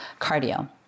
cardio